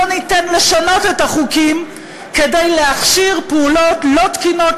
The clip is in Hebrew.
לא ניתן לשנות את החוקים כדי להכשיר פעולות לא תקינות,